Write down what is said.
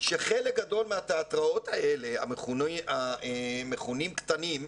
שחלק גדול מהתיאטראות האלה, המכונים קטנים,